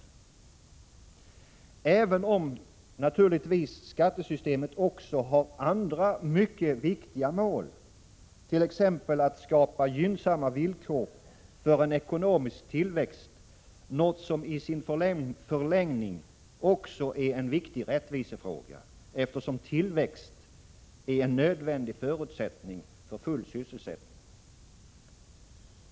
Skattesystemet har naturligtvis också andra viktiga syften, t.ex. att skapa gynnsamma villkor för en ekonomisk tillväxt — något som i sin förlängning också är en viktig rättvisefråga, eftersom tillväxten är en nödvändig förutsättning för full sysselsättning.